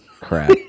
Crap